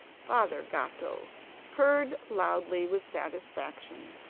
father gatto purred loudly with satisfaction.